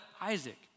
Isaac